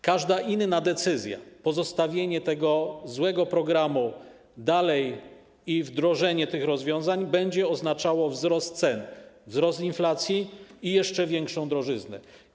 Każda inna decyzja, pozostawienie tego złego programu dalej i wdrożenie tych rozwiązań będzie oznaczało wzrost cen, wzrost inflacji i jeszcze większą drożyznę.